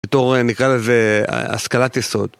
בתור נקרא לזה השכלת יסוד.